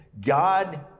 God